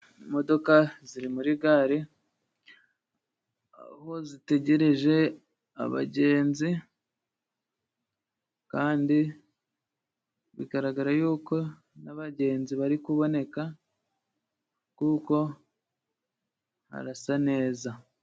Imodoka ziri muri gare aho zitegereje abagenzi. Kandi bigaragara yuko n'abagenzi, bari kuboneka kuko harasa neza.